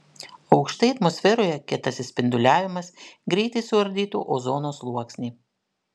aukštai atmosferoje kietasis spinduliavimas greitai suardytų ozono sluoksnį